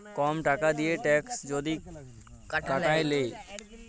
কম টাকা দিঁয়ে ট্যাক্সকে যদি কাটায় লেই